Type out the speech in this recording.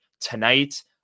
tonight